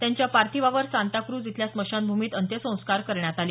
त्यांच्या पार्थिवावर सांताक्रूझ इथल्या स्मशानभूमीत अंत्यसंस्कार करण्यात आले